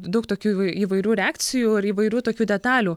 daug tokių įvairių reakcijų ir įvairių tokių detalių